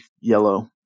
yellow